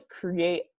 create